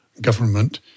government